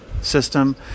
System